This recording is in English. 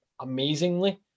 amazingly